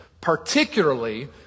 particularly